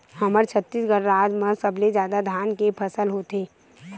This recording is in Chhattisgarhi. हमर छत्तीसगढ़ राज म सबले जादा धान के फसल होथे